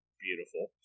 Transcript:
beautiful